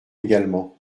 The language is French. également